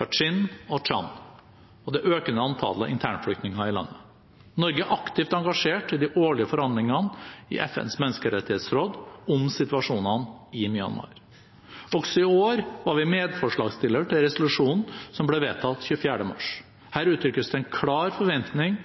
og Shan og det økende antallet internflyktninger i landet. Norge er aktivt engasjert i de årlige forhandlingene i FNs menneskerettighetsråd om situasjonen i Myanmar. Også i år var vi medforslagsstiller til resolusjonen som ble vedtatt 24. mars. Her uttrykkes det en klar forventning